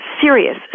serious